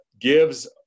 gives